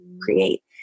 create